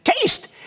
Taste